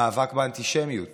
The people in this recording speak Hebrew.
המאבק באנטישמיות